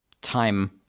time